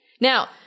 Now